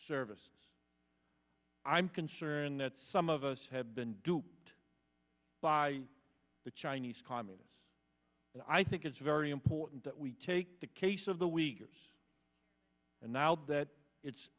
service i'm concerned that some of us have been duped by the chinese communists and i think it's very important that we take the case of the week years and now that it's